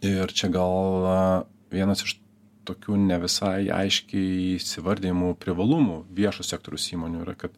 ir čia gal vienas iš tokių ne visai aiškiai įsivardijamų privalumų viešo sektoriaus įmonių yra kad